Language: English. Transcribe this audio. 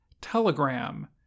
Telegram